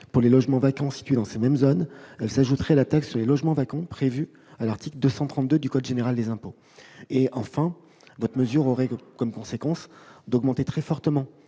Pour les logements vacants situés dans ces mêmes zones, elle s'ajouterait à la taxe sur les logements vacants prévue à l'article 232 du code général des impôts. Enfin, cette mesure aurait pour conséquence d'augmenter très fortement